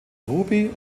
ruby